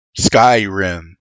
Skyrim